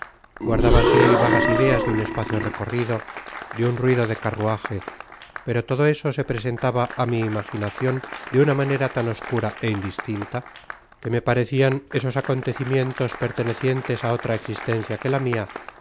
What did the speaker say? guardaba si vagas ideas de un espacio recorrido de un ruido de carruaje pero todo eso se presentaba á mi imaginacion de una manera tan oscura é indistinta que me parecian esos acontecimientos pertenecientes á otra existencia que la mia